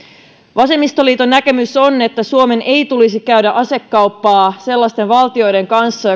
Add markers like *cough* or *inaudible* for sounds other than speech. vasemmistoliiton näkemys on että suomen ei tulisi käydä asekauppaa sellaisten valtioiden kanssa *unintelligible*